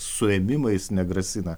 suėmimais negrasina